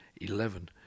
eleven